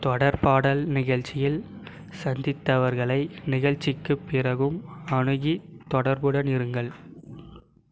தொடர் பாடல் நிகழ்ச்சியில் சந்தித்தவர்களை நிகழ்ச்சிக்குப் பிறகும் அணுகி தொடர்புடன் இருங்கள்